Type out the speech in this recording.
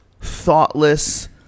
thoughtless